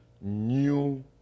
new